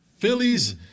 Phillies